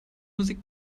musik